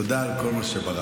תודה על כל מה שבראת.